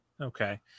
okay